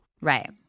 Right